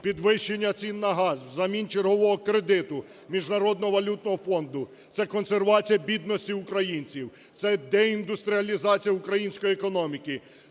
Підвищення цін на газ взамін чергового кредиту Міжнародного валютного фонду – це консервація бідності українців, це деіндустріалізація української економіки,